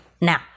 now